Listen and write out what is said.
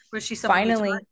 finally-